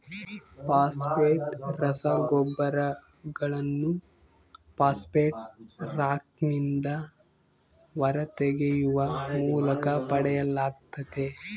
phosphate ರಸಗೊಬ್ಬರಗಳನ್ನು phosphate ರಾಕ್ನಿಂದ ಹೊರತೆಗೆಯುವ ಮೂಲಕ ಪಡೆಯಲಾಗ್ತತೆ